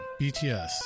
BTS